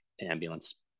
ambulance